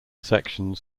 sections